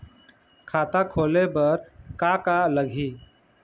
खाता खोले बर का का लगही?